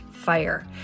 fire